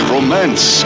Romance